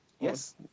Yes